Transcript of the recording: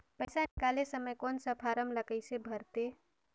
पइसा निकाले समय कौन सा फारम ला कइसे भरते?